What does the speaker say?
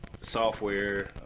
software